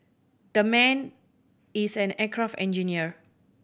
that man is an aircraft engineer